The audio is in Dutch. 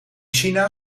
china